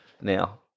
now